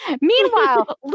Meanwhile